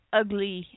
ugly